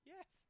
Yes